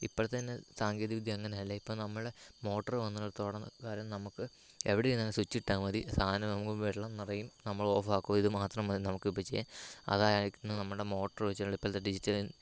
ഇപ്പോഴത്തെ സാങ്കേതിക വിദ്യ അങ്ങനെയല്ല ഇപ്പോൾ നമ്മൾ മോട്ടർ വന്നെടുത്തോളും കാലം നമുക്ക് ഇവിടെ ഇരുന്ന് സ്വിച്ചിട്ടാമതി സാധനം നമുക്ക് വെള്ളം നിറയും നമ്മൾ ഓഫാക്കുക ഇത് മാത്രം മതി നമുക്കിപ്പോൾ ചെയ്യാൻ അതായിരിക്കണം നമ്മുടെ മോട്ടർ വെച്ചുള്ള ഇപ്പോഴത്തെ ഡിജിറ്റൽ